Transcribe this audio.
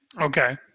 Okay